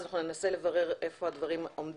אז אנחנו ננסה לברר איפה הדברים עומדים.